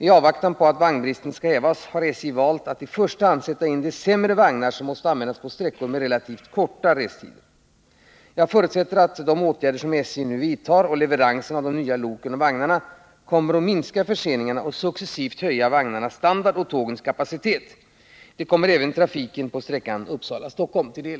I avvaktan på att vagnbristen skall hävas har SJ valt att i första hand sätta in de sämre vagnar som måste användas på sträckor med relativt korta restider. Jag förutsätter att de åtgärder som SJ vidtar och leveranserna av de nya loken och vagnarna kommer att minska förseningarna och successivt höja vagnarnas standard och tågens kapacitet. Det kommer även trafiken på sträckan Uppsala-Stockholm till del.